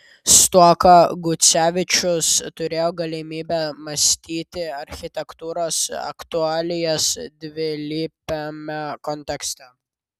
stuoka gucevičius turėjo galimybę mąstyti architektūros aktualijas dvilypiame kontekste